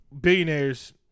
billionaires